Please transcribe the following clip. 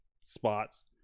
spots